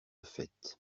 faite